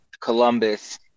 Columbus